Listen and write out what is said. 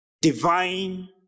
divine